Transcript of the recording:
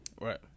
Right